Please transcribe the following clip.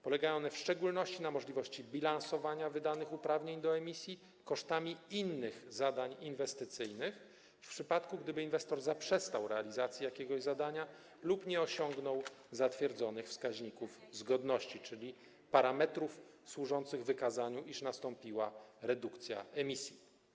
Polegają one w szczególności na możliwości bilansowania wydanych uprawnień do emisji kosztami innych zdań inwestycyjnych, w przypadku gdyby inwestor zaprzestał realizacji jakiegoś zadania lub nie osiągnął zatwierdzonych wskaźników zgodności, czyli parametrów służących wykazaniu, iż nastąpiła redukcja emisji.